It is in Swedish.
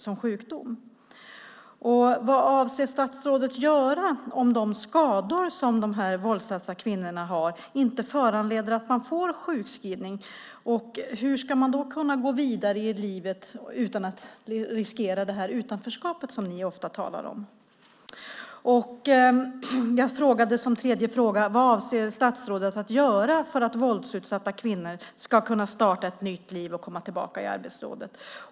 Min andra fråga var: Vad avser statsrådet att göra om de skador som de våldsutsatta kvinnorna har inte föranleder att de får sjukskrivning, och hur ska de då kunna gå vidare i livet utan att riskera det utanförskap som det ofta talas om? För det tredje frågade jag vad statsrådet avser att göra för att våldsutsatta kvinnor ska kunna starta ett nytt liv och komma tillbaka i arbetslivet.